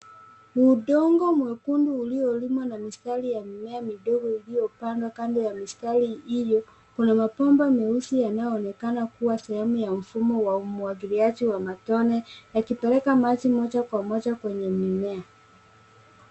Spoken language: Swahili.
Udongo mwekundu uliyolimwa na mistari ya mimea midogo iliyopandwa kando ya mistari hiyo. Kuna mabomba meusi yanayoonekana kuwa sehemu ya mfumo wa umwagiliaji wa matone yakipeleka maji moja kwa moja kwenye mimea.